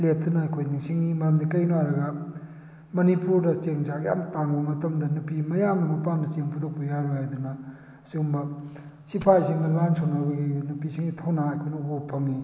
ꯂꯦꯞꯇꯅ ꯑꯩꯈꯣꯏ ꯅꯤꯡꯁꯤꯡꯏ ꯃꯔꯝꯗꯤ ꯀꯔꯤꯒꯤꯅꯣ ꯍꯥꯏꯔꯒ ꯃꯅꯤꯄꯨꯔꯗ ꯆꯦꯡ ꯆꯥꯛ ꯌꯥꯝ ꯇꯥꯡꯕ ꯃꯇꯝꯗ ꯅꯨꯄꯤ ꯃꯌꯥꯝꯅ ꯃꯄꯥꯟꯗ ꯆꯦꯡ ꯄꯨꯊꯣꯛꯄ ꯌꯥꯔꯣꯏ ꯍꯥꯏꯗꯅ ꯁꯤꯒꯨꯝꯕ ꯁꯤꯐꯥꯏꯁꯤꯡꯒ ꯂꯥꯟ ꯁꯣꯛꯅꯕꯒꯤ ꯅꯨꯄꯤꯁꯤꯡꯒꯤ ꯊꯧꯅꯥ ꯑꯩꯈꯣꯏꯅ ꯎꯕ ꯐꯪꯏ